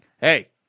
hey